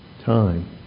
time